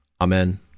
Amen